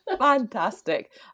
Fantastic